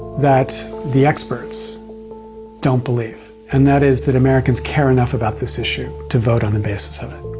that the experts don't believe, and that is that americans care enough about this issue to vote on the basis of it.